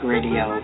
Radio